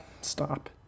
Stop